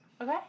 Okay